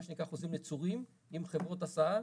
מה שנקרא חוזים נצורים עם חברות הסעה